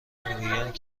میگویند